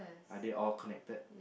are they all connected